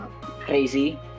crazy